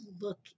look